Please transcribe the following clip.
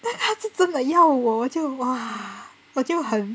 他是真的要我我就 !wah! 我就很